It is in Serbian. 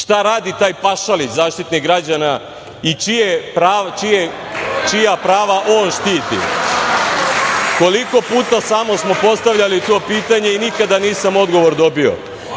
radi taj Pašalić, Zaštitnik građana i čija prava on štiti? Koliko smo puta postavljali to pitanje i nikada nisam odgovor dobio? Zašto